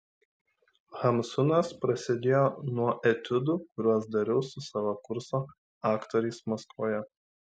hamsunas prasidėjo nuo etiudų kuriuos dariau su savo kurso aktoriais maskvoje